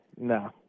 no